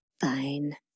Fine